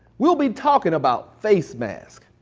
we'll be talking about face masks.